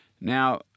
Now